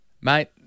Mate